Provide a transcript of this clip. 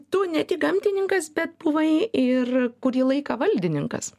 tu ne tik gamtininkas bet buvai ir kurį laiką valdininkas